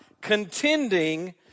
contending